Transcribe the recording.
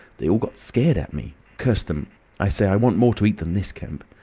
they all got scared at me. curse them i say i want more to eat than this, kemp.